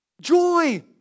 Joy